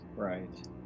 Right